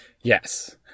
Yes